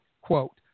Quote